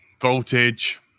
voltage